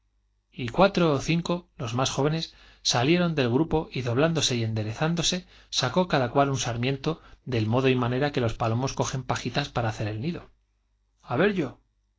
y cuatro ó cinco los más jóvenes salieron del doblándose y enderezándose sacó cada cual grupo y un sarmiento del modo y manera que los palomos nido cogen pajitas para hacer el a ver yo